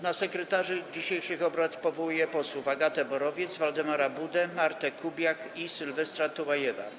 Na sekretarzy dzisiejszych obrad powołuję posłów Agatę Borowiec, Waldemara Budę, Martę Kubiak i Sylwestra Tułajewa.